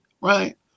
right